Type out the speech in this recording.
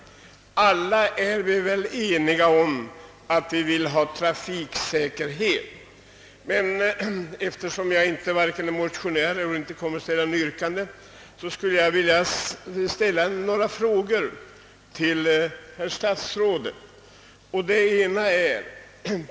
Alla är vi väl eniga om att vi vill ha trafiksäkerhet. Eftersom jag varken är motionär eller har något yrkande skulle jag vilja ställa några frågor till herr statsrådet.